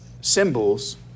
symbols